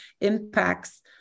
impacts